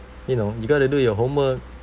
you know you gotta do your homework